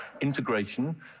Integration